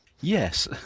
Yes